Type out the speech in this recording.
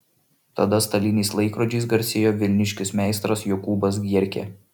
tada staliniais laikrodžiais garsėjo vilniškis meistras jokūbas gierkė